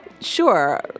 Sure